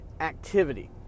activity